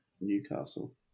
Newcastle